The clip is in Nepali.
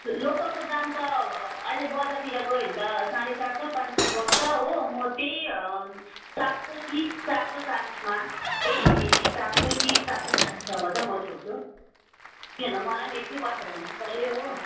लोकलको दाम त अब अहिले बजारतिर गयो भने त साढे चार सौ पाँच सौ गर्छ हो म त्यही चार सौ तिस चार सौ चालिसमा त्यही हेरीहेरी चार सौ तिस चार सौ चालिससम्म चाहिँ म छोड्छु किनभने त मलाई पनि एक दुई पैसा हुनुपर्यो हो